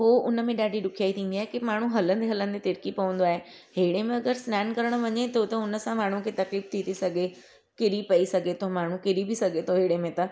पोइ उनमें ॾाढी ॾुखयाई थींदी आहे कि माण्हू हलंदे हलंदे तिरकी पवंदो आहे अहिड़े में अगरि सनानु करण वञे त थो हुनसां माण्हूअ खे तकलीफ़ थी थी सघे किरी पई सघे थो माण्हू किरी बि सघे थो अहिड़े में त